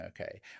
okay